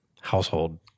household